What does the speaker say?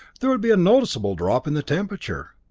there would be a noticeable drop in the temperature.